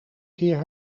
keer